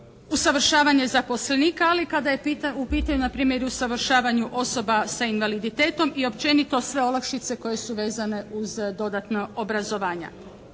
usavršavanje zaposlenika, ali i kada je u pitanju na primjer usavršavanje osoba sa invaliditetom i općenito sve olakšice koje su vezane uz dodatna obrazovanja.